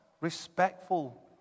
respectful